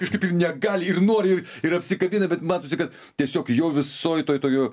kažkaip ir negali ir nori ir apsikabina bet matosi kad tiesiog jo visoj toj toj jo